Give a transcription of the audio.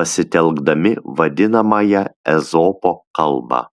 pasitelkdami vadinamąją ezopo kalbą